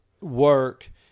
work